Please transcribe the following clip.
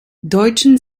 deutschen